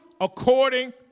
according